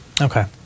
okay